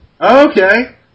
okay